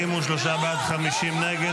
43 בעד, 50 נגד.